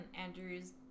Andrews